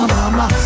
Mama